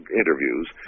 interviews